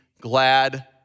glad